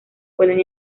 pueden